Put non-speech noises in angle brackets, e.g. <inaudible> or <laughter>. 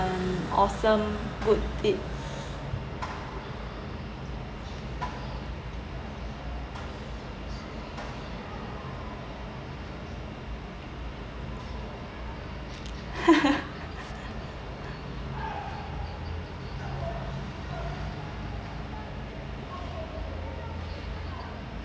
awesome good deed <laughs>